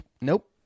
nope